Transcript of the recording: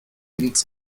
ins